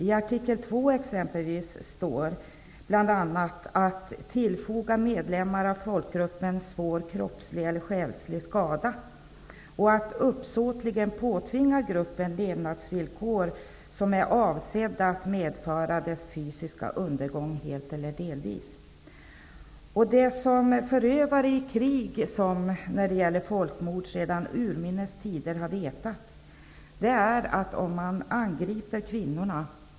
I artikel 2, exempelvis, står det bl.a. att det är förbjudet att tillfoga medlemmar av folkgruppen svår kroppslig eller själslig skada och att uppsåtligen påtvinga gruppen levnadsvillkor som är avsedda att medföra dess fysiska undergång helt eller delvis. Det som förövare i krig sedan urminnes tider har vetat när det gäller folkmord är att man angriper själva livsnerven i samhället om man angriper kvinnorna.